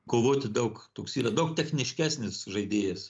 kovoti daug toks yra daug techniškesnis žaidėjas